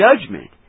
judgment